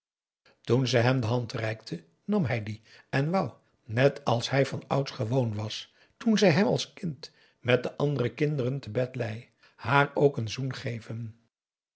toen ze hem de hand reikte nam hij die en wou net als hij van ouds gewoon was toen zij hem als kind met de andere kinderen te bed lei haar ook een zoen geven